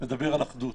לדבר על אחדות.